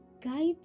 guide